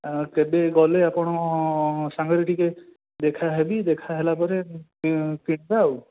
ଆ କେବେ ଗଲେ ଆପଣ ସାଙ୍ଗରେ ଟିକେ ଦେଖା ହେବି ଦେଖା ହେଲା ପରେ କିଣିବା ଆଉ